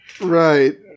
Right